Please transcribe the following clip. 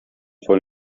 von